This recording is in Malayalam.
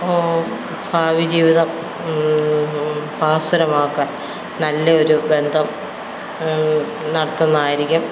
ഭാവിജീവിതം ഭാസുരമാക്കാൻ നല്ലൊരു ബന്ധം നടത്തുന്നതായിരിക്കും